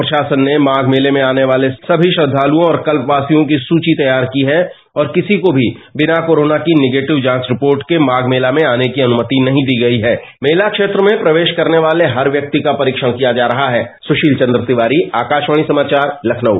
प्रशासन ने माघ मेले में आने वाले सभी श्रद्धालुओं और कल वासियों की सूची तैयार की है और किसी को भी बिना करोना की निगेटिव जांच रिपोर्ट के माघ मेला में आने की अनुमति नहीं दी गई मेला क्षेत्र में प्रवेश करने वाले हर व्यक्ति का परीक्षण किया जा रहा सुशील वन्द्र तिवारीआकाशवाणीसमाचार लखनऊ